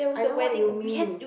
I know what you mean